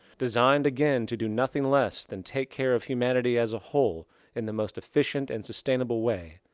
designed, again, to do nothing less than take care of humanity as a whole in the most efficient and sustainable way,